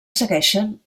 segueixen